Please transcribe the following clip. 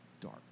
dark